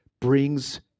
brings